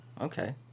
okay